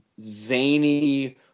zany